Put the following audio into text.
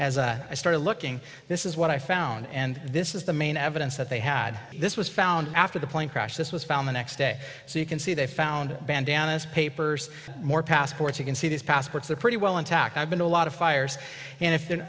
i started looking this is what i found and this is the main evidence that they had this was found after the plane crash this was found the next day so you can see they found bandanas papers more passports you can see these passports they're pretty well intact have been a lot of fires and if they're